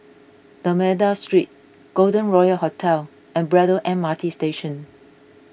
D'Almeida Street Golden Royal Hotel and Braddell M R T Station